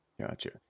gotcha